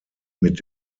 mit